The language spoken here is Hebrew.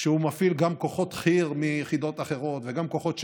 כשהוא מפעיל גם כוחות חי"ר מיחידות אחרות וגם כוחות שריון,